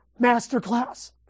Masterclass